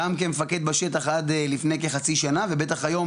גם כמפקד בשטח עד לפני כחצי שנה ובטח היום